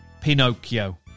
Pinocchio